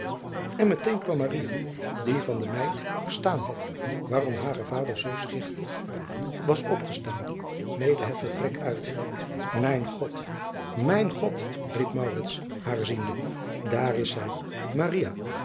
en meteen kwam die van de meid verdstaan had waarom hare vader zoo schichtig was opgestaan mede het vertrek uit ijn od mijn od riep haar ziende aar is zij